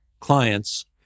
clients